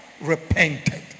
repented